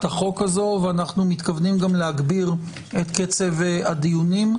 החוק הזו ואנו מתכוונים להגביר קצב הדיונים.